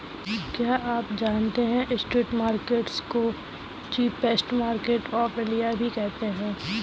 क्या आप जानते है स्ट्रीट मार्केट्स को चीपेस्ट मार्केट्स ऑफ इंडिया भी कहते है?